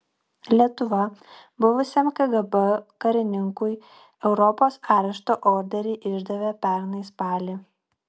lietuva buvusiam kgb karininkui europos arešto orderį išdavė pernai spalį